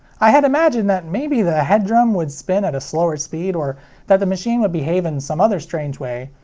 i had imagined that maybe the head drum would spin at a slower speed, or that the machine would behave in some other strange way,